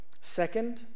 Second